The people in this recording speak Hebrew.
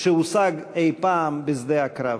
שהושג אי-פעם בשדה הקרב,